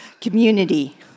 community